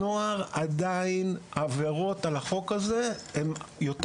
עדיין עבירות על חוק עבודת נוער הן יותר